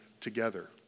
together